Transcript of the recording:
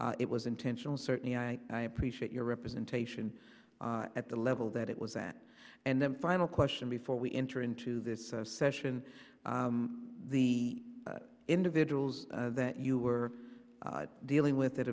not it was intentional certainly i i appreciate your representation at the level that it was that and the final question before we enter into this session the individuals that you were dealing with that